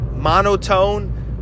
monotone